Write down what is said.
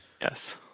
Yes